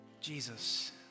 Jesus